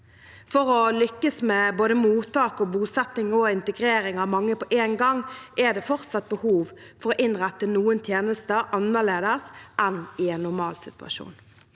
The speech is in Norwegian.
For å lykkes med både mottak, bosetting og integrering av mange på én gang er det fortsatt behov for å innrette noen tjenester annerledes enn i en normalsituasjon.